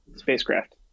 spacecraft